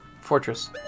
fortress